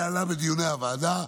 זה עלה בדיוני הוועדה.